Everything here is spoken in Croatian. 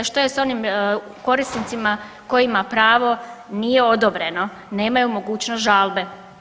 A što je sa onim korisnicima kojima pravo nije odobreno, nemaju mogućnost žalbe?